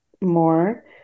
more